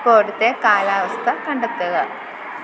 ഇപ്പോഴത്തെ കാലാവസ്ഥ കണ്ടെത്തുക